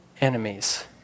enemies